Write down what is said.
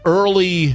early